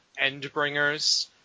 Endbringers